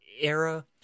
era